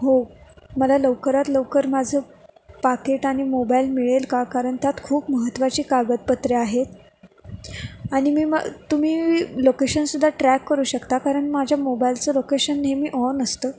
हो मला लवकरात लवकर माझं पाकीट आणि मोबाईल मिळेल का कारण त्यात खूप महत्वाची कागदपत्रे आहेत आनि मी म तुम्ही लोकेशनसुद्धा ट्रॅक करू शकता कारण माझ्या मोबाईलचं लोकेशन नेहमी ऑन असतं